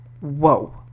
whoa